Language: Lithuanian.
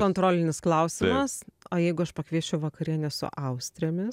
kontrolinis klausimas o jeigu aš pakviesčiau vakarienės su austrėmis